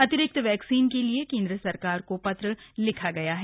अतिरिक्त वैक्सीन के लिए केंद्र सरकार को ेत्र लिखा गया है